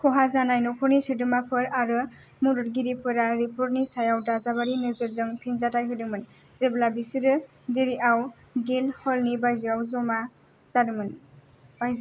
खहा जानाय न'खरनि सोद्रोमाफोर आरो मददगिरिफोरा रिपर्टनि सायाव दाजाबारि नोजोरजों फिनजाथाय होदोंमोन जेब्ला बिसोरो देरिआव गिल्द हलनि बायजोआ जमा जादोंमोन